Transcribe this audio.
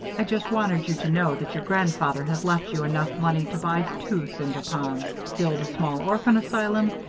i just wanted you to know that your grandfather has left you enough money to buy two cinder ponds, build a small orphan asylum,